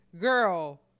Girl